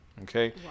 Okay